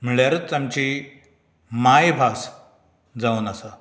म्हळ्यारच आमची मांयभास जावन आसा